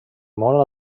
molt